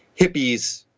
hippies